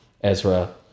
Ezra